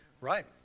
right